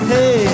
Hey